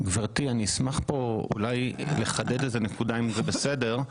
גבירתי, אני אשמח לחדד איזו נקודה, אם זה בסדר.